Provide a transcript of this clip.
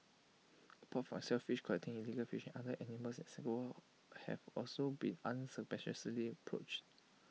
apart from shellfish collecting and illegal fishing other animals in Singapore have also been unscrupulously poached